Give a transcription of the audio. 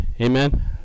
Amen